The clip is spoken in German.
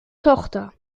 tochter